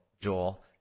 Joel